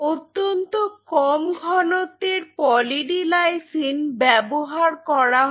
অত্যন্ত কম ঘনত্বের পলি ডি লাইসিন ব্যবহার করা হয়